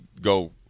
go